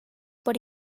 por